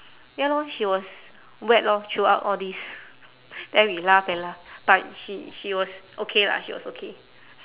ya lor she was wet lor throughout all this then we laugh and laugh but she she was okay lah she was okay